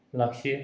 लाखियो